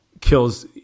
kills